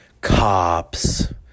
cops